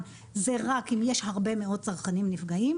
זה רק אם יש הרבה מאוד צרכנים נפגעים.